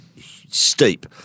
steep